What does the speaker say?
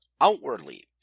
outwardly